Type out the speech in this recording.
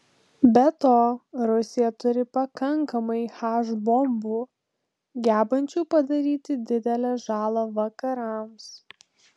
be to rusija turi pakankamai h bombų gebančių padaryti didelę žalą vakarams